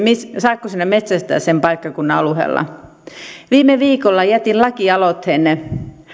saatko sinä metsästää sen paikkakunnan alueella viime viikolla jätin lakialoitteen